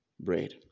bread